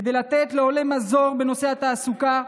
כדי לתת לעולה מזור בנושא התעסוקה,